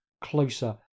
closer